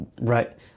Right